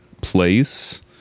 place